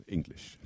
English